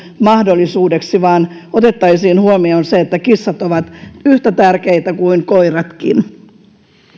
mahdollisuudeksi vaan otettaisiin huomioon se että kissat ovat yhtä tärkeitä kuin koiratkin